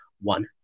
one